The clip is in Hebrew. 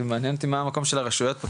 מעניין אותי מה המקום של הרשויות פה,